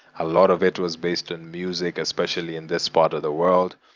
a lot of it was based on music, especially in this part of the world,